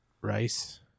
rice